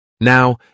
Now